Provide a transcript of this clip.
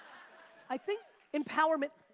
i think empowerment,